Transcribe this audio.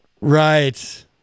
Right